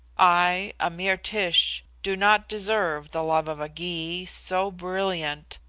i, a mere tish, do not deserve the love of a gy, so brilliant,